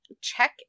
Check